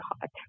hot